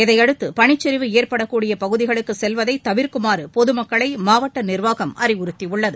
இதையடுத்து பனிச்சரிவு ஏற்படக்கூடிய பகுதிகளுக்கு செல்வதை தவிர்க்குமாறு பொது மக்களை மாவட்ட நிர்வாகம் அறிவுறுத்தியுள்ளது